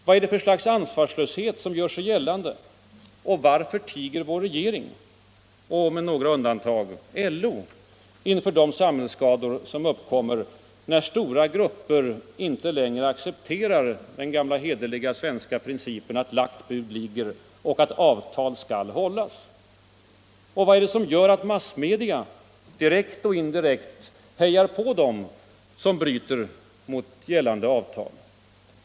Vad är det för slags ansvarslöshet som gör sig gällande, och varför tiger vår regering och — med några undantag —- LO inför de samhällsskador som uppkommer, när stora grupper inte längre accepterar den gamla hederliga svenska principen att lagt bud ligger, att avtal skall hållas? Och vad är det som gör att massmedia direkt eller indirekt hejar på dem som bryter mot gällande avtal?